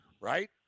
right